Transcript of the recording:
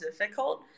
difficult